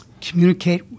communicate